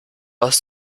aus